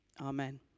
Amen